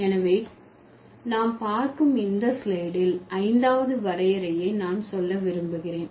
எனவே நாம் பார்க்கும் இந்த ஸ்லைடில் ஐந்தாவது வரையறையை நான் சொல்ல விரும்புகிறேன்